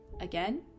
Again